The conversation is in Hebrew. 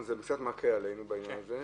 זה קצת מקל עלינו בעניין הזה.